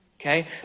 Okay